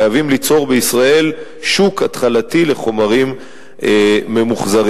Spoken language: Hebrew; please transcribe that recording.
חייבים ליצור בישראל שוק התחלתי לחומרים ממוחזרים.